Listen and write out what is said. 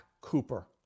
Cooper